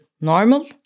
normal